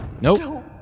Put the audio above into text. Nope